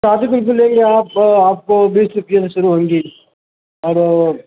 سادی کلفی لیں گے آپ آپ کو بیس روپئے سے شروع ہوں گی اور